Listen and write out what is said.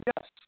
yes